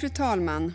Fru talman!